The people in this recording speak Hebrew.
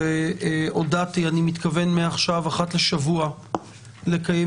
אני מתכוון מעכשיו אחת לשבוע לקיים